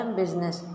business